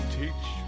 teach